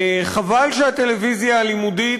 חבל שהטלוויזיה הלימודית,